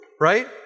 right